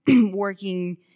working